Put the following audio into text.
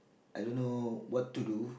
I don't know what to do